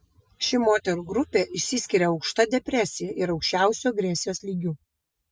ši moterų grupė išsiskiria aukšta depresija ir aukščiausiu agresijos lygiu